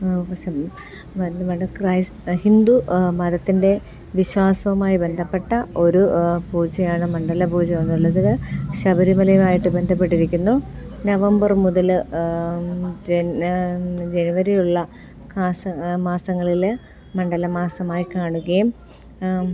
ഹിന്ദു മതത്തിൻ്റെ വിശ്വാസവുമായിബന്ധപ്പെട്ട ഒരു പൂജയാണ് മണ്ഡല പൂജ എന്നുള്ളത് ശബരിമലയുമായിട്ട് ബന്ധപ്പെട്ടിരിക്കുന്നു നവംബർ മുതൽ ജനുവരിയുള്ള മാസങ്ങളിൽ മണ്ഡല മാസമായി കാണുകയും